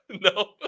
No